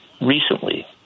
recently